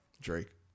Drake